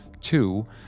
Two